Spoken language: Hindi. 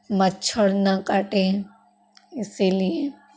मच्छर ना काटे इसीलिए